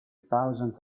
thousands